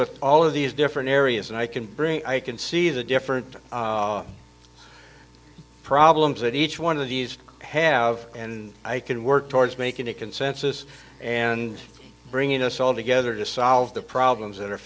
with all of these different areas and i can bring i can see the different problems that each one of these have and i can work towards making a consensus and bringing us all together to solve the problems that are